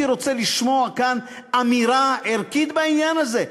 רוצה לשמוע כאן אמירה ערכית בעניין הזה.